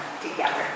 together